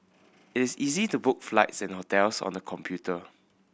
is easy to book flights and hotels on the computer